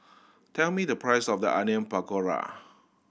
tell me the price of the Onion Pakora